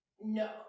no